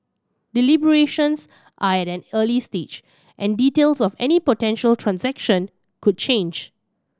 deliberations are at an early stage and details of any potential transaction could change